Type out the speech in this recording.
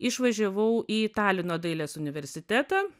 išvažiavau į talino dailės universitetą